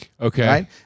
Okay